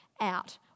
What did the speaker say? out